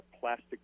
plastic